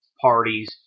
parties